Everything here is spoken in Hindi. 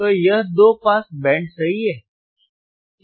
तो यह दो पास बैंड सही है